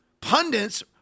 pundits